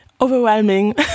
Overwhelming